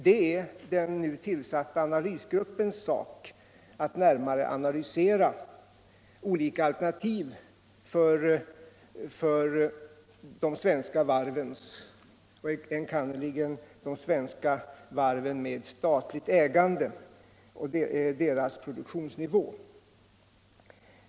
Det är den nu tillsatta analysgruppens sak att närmare analysera olika alternativ för de svenska varven, enkannerligen de svenska varven med statligt ägande, och deras produktionsnivå.